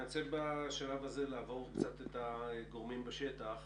אני רוצה בשלב הזה לעבור את הגורמים בשטח.